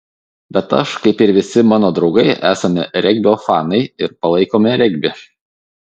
bet aš kaip ir visi mano draugai esame regbio fanai ir palaikome regbį